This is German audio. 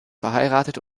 verheiratet